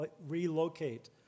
relocate